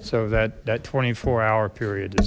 so that that twenty four hour period